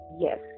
Yes